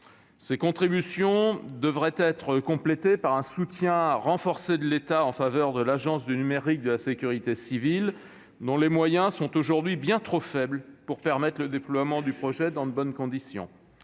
Ces contributions devraient être complétées par un soutien renforcé de l'État en faveur de l'Agence du numérique de la sécurité civile, dont les moyens sont aujourd'hui bien trop faibles pour permettre le déploiement du projet dans de bonnes conditions.